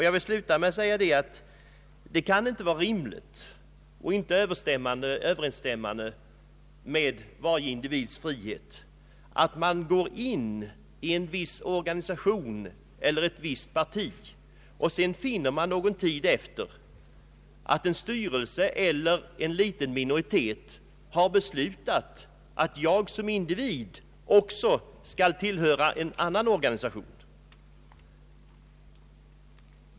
Jag vill sluta med att framhålla att det i princip inte kan vara rimligt och inte överensstämmande med varje individs rätt till frihet att man, om man går in i en viss organisation eller i ett visst parti, efter någon tid finner att en styrelse eller en liten minoritet har beslutat att man som individ också skall tillhöra en annan organisation.